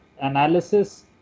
analysis